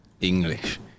English